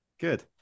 Good